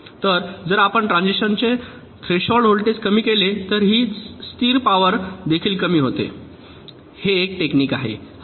तर जर आपण ट्रान्झिस्टरचे थ्रेशोल्ड व्होल्टेज कमी केले तर ही स्थिर पॉवर देखील कमी करते हे एक टेक्निक आहे